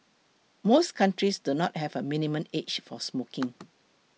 most countries do not have a minimum age for smoking